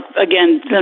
again